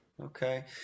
okay